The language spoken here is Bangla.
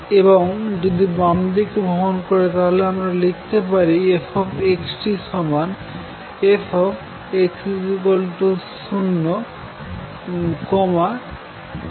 এবং যদি বামদিকে ভ্রমন করে তাহলে আমরা লিখতে পারি f x t f x 0 t x v